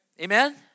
Amen